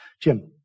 Jim